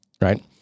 right